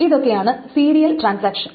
ഇതൊക്കെയാണ് serial transaction